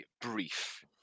brief